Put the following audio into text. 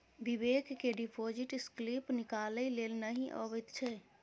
बिबेक केँ deposit slip निकालै लेल नहि अबैत छै